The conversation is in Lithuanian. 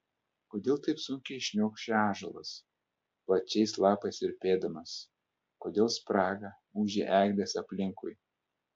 kodėl taip sunkiai šniokščia ąžuolas plačiais lapais virpėdamas kodėl spraga ūžia eglės aplinkui